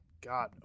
God